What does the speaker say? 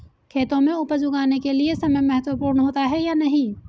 खेतों में उपज उगाने के लिये समय महत्वपूर्ण होता है या नहीं?